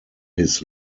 his